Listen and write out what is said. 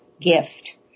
gift